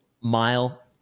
mile